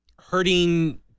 hurting